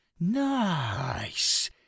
Nice